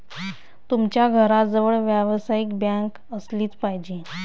तुमच्या घराजवळ व्यावसायिक बँक असलीच पाहिजे